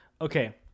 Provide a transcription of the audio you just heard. Okay